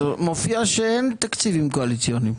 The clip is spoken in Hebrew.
מופיע שאין תקציבים קואליציוניים.